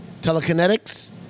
Telekinetics